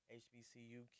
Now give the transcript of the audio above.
hbcu